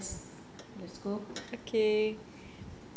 let's let's go